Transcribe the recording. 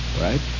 right